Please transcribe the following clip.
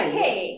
hey